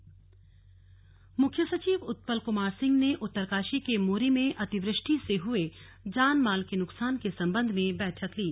slug मुख्य सचिव मुख्य सचिव उत्पल कुमार सिंह ने उत्तरकाशी के मोरी में अतिवृष्टि से हुए जान माल के नुकसान के संबंध में बैठक ली